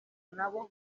nabo